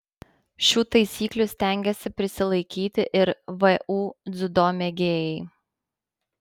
šių taisyklių stengiasi prisilaikyti ir vu dziudo mėgėjai